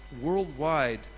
worldwide